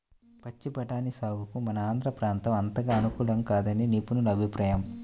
పచ్చి బఠానీ సాగుకు మన ఆంధ్ర ప్రాంతం అంతగా అనుకూలం కాదని నిపుణుల అభిప్రాయం